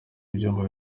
ibyumba